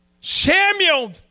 Samuel